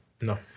No